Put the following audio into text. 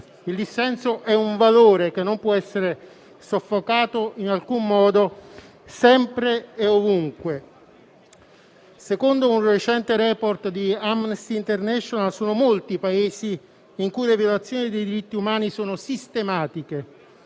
Il dissenso è un valore che non può essere soffocato in alcun modo, sempre e ovunque. Secondo un recente *report* di Amnesty International, sono molti i Paesi in cui le violazioni dei diritti umani sono sistematiche.